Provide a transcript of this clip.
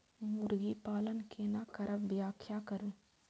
मुर्गी पालन केना करब व्याख्या करु?